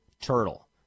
turtle